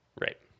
Right